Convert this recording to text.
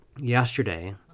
yesterday